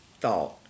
thought